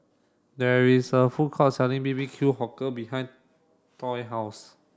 there is a food court selling B B Q behind toilet house